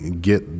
get